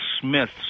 Smith